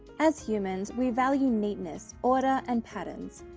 as humans we value neatness order and patterns.